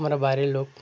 আমরা বাইরের লোক